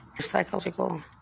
psychological